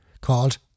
called